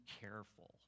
careful